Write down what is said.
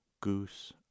Goose